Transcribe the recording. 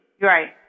Right